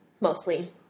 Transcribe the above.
Mostly